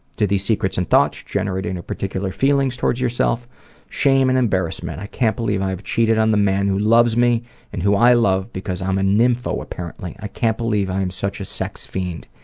do these secrets and thoughts generate any particular feelings toward yourself shame and embarrassment. i can't believe i've cheated on the man who loves me and who i love because i'm a nympho, apparently. i can't believe i am such a sex fiend.